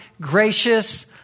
gracious